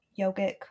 yogic